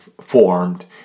formed